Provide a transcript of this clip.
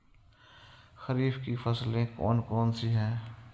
खरीफ की फसलें कौन कौन सी हैं?